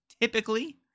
typically